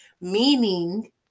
Meaning